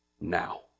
now